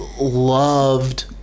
loved